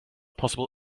possible